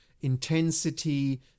intensity